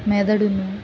మెదడును